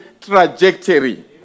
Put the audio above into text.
trajectory